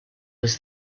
was